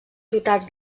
ciutats